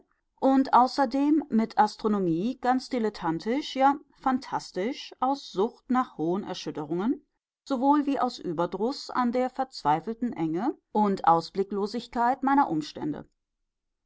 und außerdem mit astronomie ganz dilettantisch ja phantastisch aus sucht nach hohen erschütterungen sowohl wie aus überdruß an der verzweifelten enge und ausblicklosigkeit meiner umstände